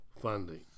funding